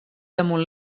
damunt